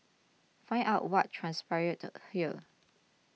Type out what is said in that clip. find out what transpired here